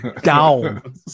down